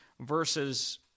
versus